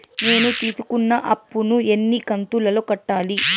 నేను తీసుకున్న అప్పు ను ఎన్ని కంతులలో కట్టాలి?